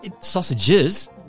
Sausages